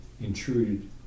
intruded